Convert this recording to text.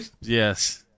Yes